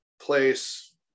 place